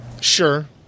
Sure